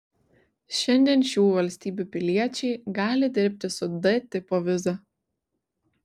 šiandien šių valstybių piliečiai gali dirbti su d tipo viza